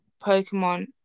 Pokemon